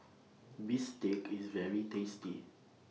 Bistake IS very tasty